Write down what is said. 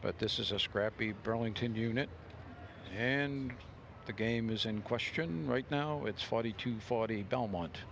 but this is a scrappy burlington unit and the game is in question right now it's forty two forty